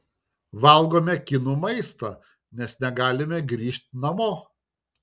valgome kinų maistą nes negalime grįžt namo